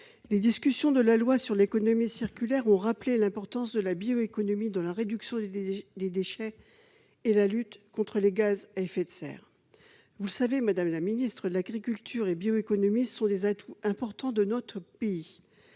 Les discussions de la loi sur l'économie circulaire ont rappelé l'importance de la bioéconomie dans la réduction des déchets et dans la lutte contre les gaz à effet de serre. Vous le savez, madame la secrétaire d'État, agriculture et bioéconomie sont des atouts importants de notre pays.